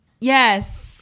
Yes